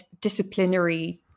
disciplinary